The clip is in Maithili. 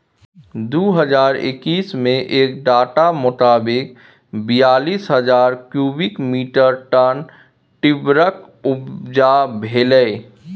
दु हजार एक्कैस मे एक डाटा मोताबिक बीयालीस हजार क्युबिक मीटर टन टिंबरक उपजा भेलै